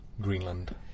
Greenland